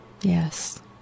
Yes